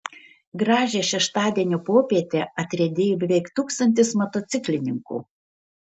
gražią šeštadienio popietę atriedėjo beveik tūkstantis motociklininkų